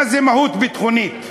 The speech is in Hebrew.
מה זו מהות ביטחונית.